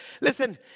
Listen